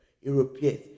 Europeans